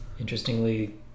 interestingly